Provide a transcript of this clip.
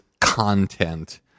content